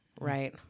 Right